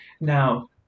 Now